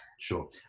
Sure